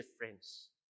difference